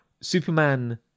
Superman